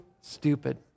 stupid